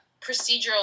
procedural